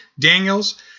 Daniels